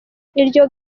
iryo